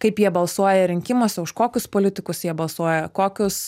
kaip jie balsuoja rinkimuose už kokius politikus jie balsuoja kokius